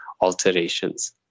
alterations